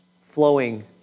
flowing